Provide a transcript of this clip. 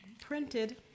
Printed